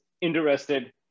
interested